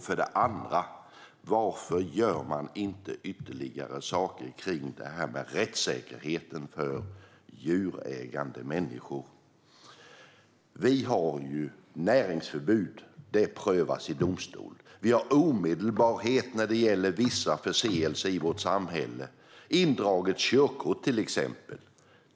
För det andra: Varför gör man inte ytterligare saker vad gäller rättssäkerheten för djurägande människor? Vi har ju näringsförbud, som prövas i domstol. Vi har omedelbarhet när det gäller vissa förseelser i vårt samhälle, till exempel indraget körkort.